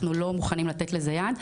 אנחנו לא מוכנים לתת לזה יד,